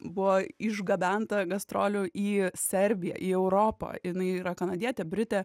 buvo išgabenta gastrolių į serbiją į europą ir jinai yra kanadietė britė